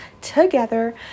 together